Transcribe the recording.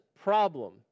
problem